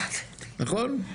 נכון?